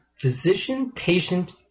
physician-patient